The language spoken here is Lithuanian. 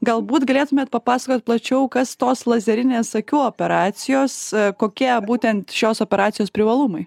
galbūt galėtumėt papasakot plačiau kas tos lazerinės akių operacijos kokie būtent šios operacijos privalumai